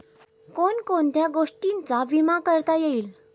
कोण कोणत्या गोष्टींचा विमा करता येईल?